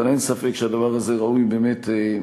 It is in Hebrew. אבל אין ספק שהדבר הזה ראוי לבחינה.